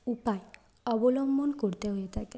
উপায় অবলম্বন করতে হয়ে থাকে